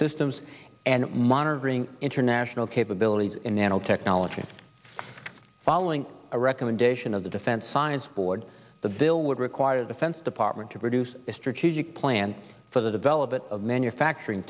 systems and monitoring international capabilities in nanotechnology following a recommendation of the defense science board the bill would require a defense department to produce a strategic plan for the development of manufacturing